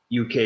UK